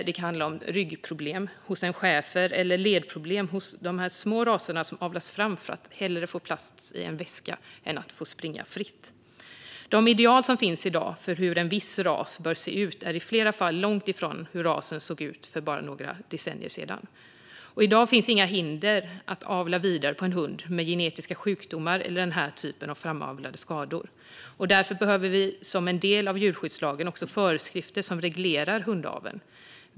Det kan handla om ryggproblem hos en schäfer eller ledproblem hos de små raser som avlas fram för att hellre få plats i en väska än att få springa fritt. De ideal som finns i dag för hur en viss ras bör se ut är i flera fall långt ifrån hur rasen såg ut för bara några decennier sedan. I dag finns inga hinder för att avla vidare på en hund med genetiska sjukdomar eller den här typen av framavlade skador. Därför behöver vi, som en del av djurskyddslagen, också föreskrifter som reglerar hundavel.